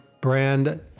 brand